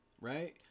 right